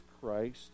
Christ